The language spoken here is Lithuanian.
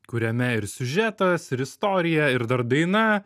kuriame ir siužetas ir istorija ir dar daina